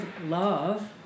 love